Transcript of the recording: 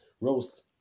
roast